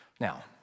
Now